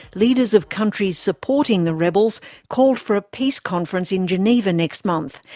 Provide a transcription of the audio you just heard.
leaders of countries supporting the rebels called for a peace conference in geneva next month,